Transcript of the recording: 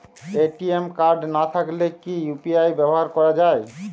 ATM card না থাকলে কি ইউ.পি.আই ব্যবহার করা য়ায়?